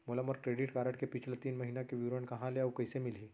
मोला मोर credit card के पिछला तीन महीना के विवरण कहाँ ले अऊ कइसे मिलही?